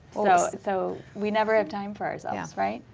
you know so we never have time for ourselves, right?